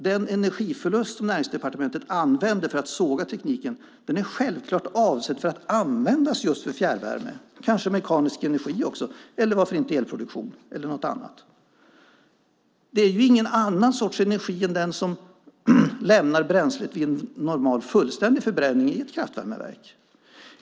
Den energiförlust som Näringsdepartementet hänvisar till för att såga tekniken är självklart avsedd att användas just för fjärrvärme, kanske också mekanisk energi eller varför inte elproduktion eller något annat! Det är ingen annan sorts energi än den som lämnar bränslet vid en normal fullständig förbränning i ett kraftvärmeverk.